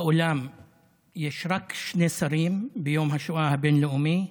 באולם יש רק שני שרים ביום השואה הבין-לאומי,